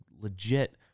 legit